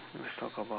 let's talk about